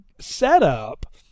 setup